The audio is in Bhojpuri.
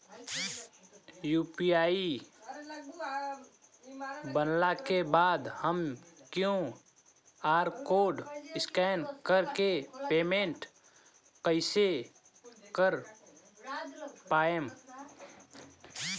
यू.पी.आई बनला के बाद हम क्यू.आर कोड स्कैन कर के पेमेंट कइसे कर पाएम?